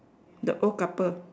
the old couple